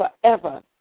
forever